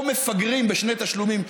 או מפגרים בשני תשלומים,